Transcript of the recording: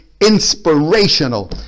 inspirational